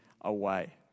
away